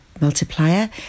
multiplier